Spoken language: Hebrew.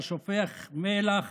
אתה שופך מלח